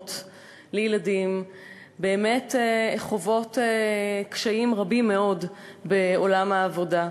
אימהות לילדים באמת חוות קשיים רבים מאוד בעולם העבודה.